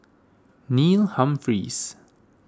Neil Humphreys